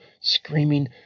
screaming